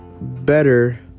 better